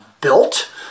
built